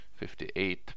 58%